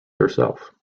herself